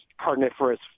carnivorous